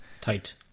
tight